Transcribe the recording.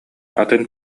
атын